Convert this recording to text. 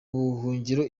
buhungiro